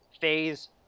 phase